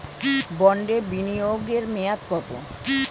বন্ডে বিনিয়োগ এর মেয়াদ কত?